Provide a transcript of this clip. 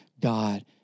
God